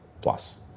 plus